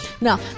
now